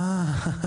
אה.